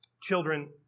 Children